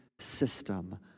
System